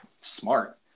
smart